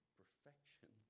perfection